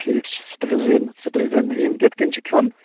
ٹھیٖک چھُ cetirizine cetirizine یِم کِتھٕ کٔنۍ چھُ کھٮ۪ون